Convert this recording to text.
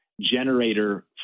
generator